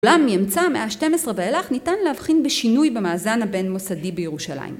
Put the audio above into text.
אולם מאמצע המאה ה-12 ואילך ניתן להבחין בשינוי במאזן הבין מוסדי בירושלים.